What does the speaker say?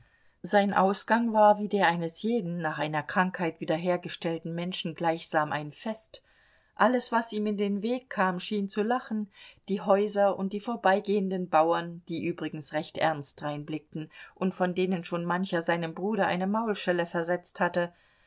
sein ausgang war wie der eines jeden nach einer krankheit wiederhergestellten menschen gleichsam ein fest alles was ihm in den weg kam schien zu lachen die häuser und die vorbeigehenden bauern die übrigens recht ernst dreinblickten und von denen schon mancher seinem bruder eine maulschelle versetzt hatte